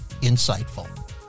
Insightful